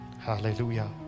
hallelujah